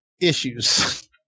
issues